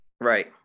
Right